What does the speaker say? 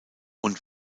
und